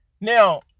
Now